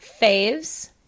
faves